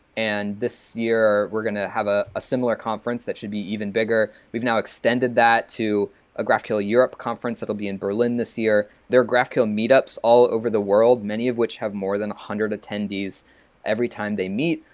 and this year, we're going to have ah a similar conference that should be even bigger. we've now extended that to a graphql europe conference, that will be in berlin this year. there are graphql meet-ups all over the world many of which have more than one hundred attendees every time they meet.